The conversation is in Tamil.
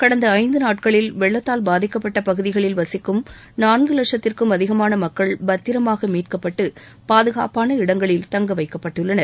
கடந்த இந்து நாட்களில் வெள்ளத்தால் பாதிக்கப்பட்ட பகுதிகளில் வசிக்கும் நான்கு வட்சத்திற்கும் அதிகமான மக்கள் பத்திரமாக மீட்கப்பட்டு பாதுகாப்பான இடங்களில் தங்கவைக்கப்பட்டுள்ளனர்